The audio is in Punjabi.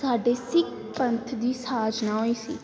ਤੁਹਾਡੇ ਸਿੱਖ ਪੰਥ ਦੀ ਸਾਜਨਾ ਹੋਈ ਸੀ